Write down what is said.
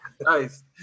Nice